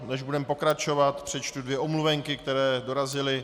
Než budeme pokračovat, přečtu dvě omluvenky, které dorazily.